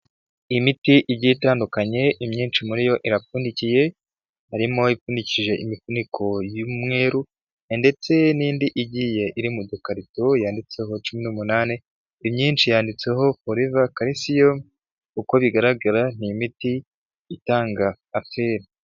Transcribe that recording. Imiti igiye itandukanye imyinshi muri yo irapfundikiye, harimo ipfundikije imifuniko y'umweruru, ndetse n'indi igiye iri mu dukarito yanditseho cumi n'umunani, imyinshi yanditseho Foreva Kalisiyum, uko bigaragara ni imiti itanga aferi.